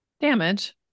damage